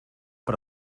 per